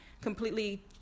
completely